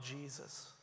Jesus